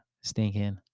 stinking